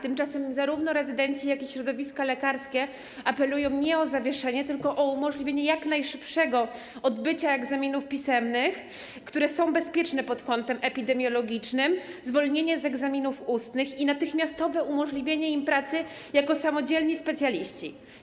Tymczasem zarówno rezydenci, jak i środowiska lekarskie apelują nie o zawieszenie, tylko o umożliwienie jak najszybszego odbycia egzaminów pisemnych, które są bezpieczne pod kątem epidemiologicznym, zwolnienie z egzaminów ustnych i natychmiastowe umożliwienie im pracy jako samodzielni specjaliści.